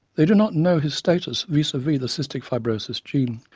they do not know his status vis a vis the cystic fibrosis gene.